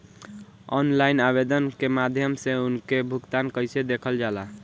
Online आवेदन के माध्यम से उनके भुगतान कैसे देखल जाला?